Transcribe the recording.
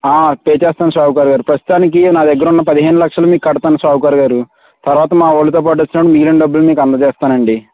ఆ పే చేస్తాం షావుకార్ గారు ప్రస్తుతానికి నా దగ్గిరున్న పదిహేను లక్షలు మీకు కడతాను షావుకార్ గారు తరవాత మా వాళ్ళతో పాటు వచ్చినపుడు మిగిలిన డబ్బులు మీకు అందచేస్తానండీ